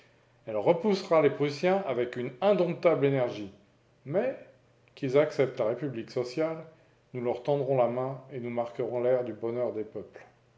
elle repoussera les prussiens avec une indomptable énergie mais qu'ils la commune acceptent la république sociale nous leur tendrons la main et nous marquerons l'ère du bonheur des peuples